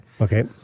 Okay